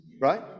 right